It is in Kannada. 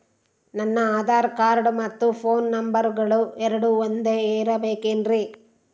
ನನ್ನ ಆಧಾರ್ ಕಾರ್ಡ್ ಮತ್ತ ಪೋನ್ ನಂಬರಗಳು ಎರಡು ಒಂದೆ ಇರಬೇಕಿನ್ರಿ?